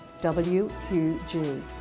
WQG